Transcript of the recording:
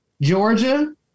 Georgia